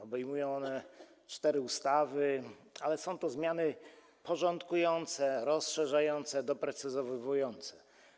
Obejmują one cztery ustawy, ale są to zmiany porządkujące, rozszerzające, doprecyzowujące.